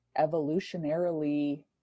evolutionarily